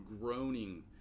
groaning